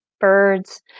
birds